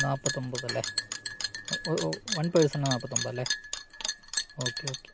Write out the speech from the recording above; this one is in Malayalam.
നാല്പ്പത്തിയൊമ്പതല്ലേ വൺ പേഴ്സന് നാല്പ്പത്തിയൊമ്പതല്ലേ ഓക്കെ ഓക്കെ